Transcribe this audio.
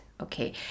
Okay